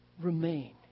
remain